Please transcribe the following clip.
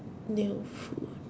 new food